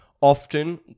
often